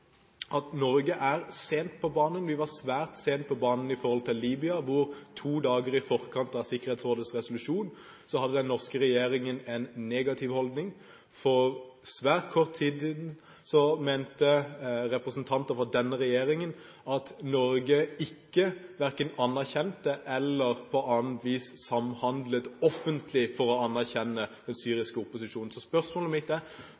at Norge kommer sent på banen. Vi var svært sent på banen i forholdet til Libya, hvor den norske regjeringen to dager i forkant av Sikkerhetsrådets resolusjon hadde en negativ holdning. For svært kort tid siden nevnte representanter for denne regjeringen at Norge verken anerkjente eller på annet vis samhandlet offentlig for å anerkjenne den syriske opposisjonen. Så spørsmålet mitt er: